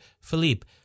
Philippe